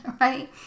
Right